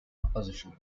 opposition